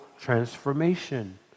transformation